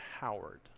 Howard